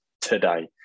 today